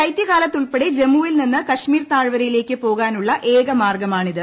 ശൈത്യ കാലത്തു ഉൾപ്പെടെ ജമ്മുവിൽ നിന്ന് കശ്മീർ താഴ്വരയിലേക്ക് പോകാനുള്ള ഏക മാർഗമാണിത്